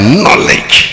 knowledge